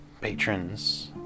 Patrons